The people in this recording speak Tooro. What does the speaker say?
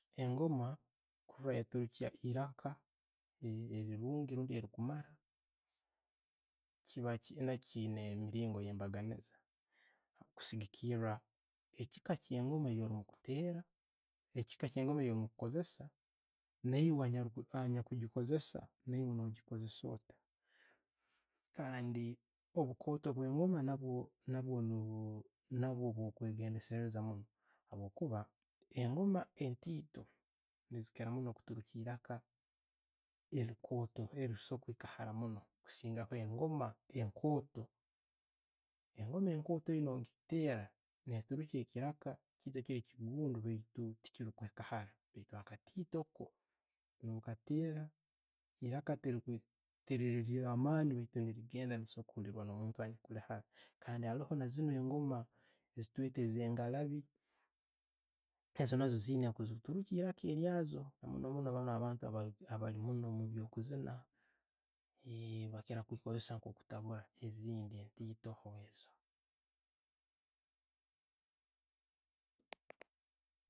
Engoma, kurora nti yatirukya eiraaka, erirungi rundi erikumaara, chiba, nakyo chiyiina emiiringo eyebaganiiza kusigiikiira echiika eye'ngoma orateera, echiika kye'engoma gyolimukozesa, naiwe anyakugikozesa, naiwe no'gikozesa otta. Kandi no' bukooto bwe'engoma nabwo, nabwo bwokwegenderesa munno habwokuba engoma entiito ne'zikkira munno kuturukya eiraka elikooto elikusobora kwiika haramunno kukiira abe' engoma enkooto. Engoma enkooto yo'no gitera neturukya ekiraka kiri nke'chigundu baitu chitakwiika haara baitu hakatito ko, no'kateera, iraaka teri terilyamaani baitu ne rigenda ne'risobora kuhulibwa omuntu anyakulihara. Kandi, haroho nezino engoma zetukweeta ezongalaabi, ezo nazo ziyiina nko'ziturukya eirraka lyazo namunno munno baanu abantu abali mubiino'e'byo'kuziina, bakira kusikozesa okutabuura ezindi entitoho e'zo.